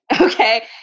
okay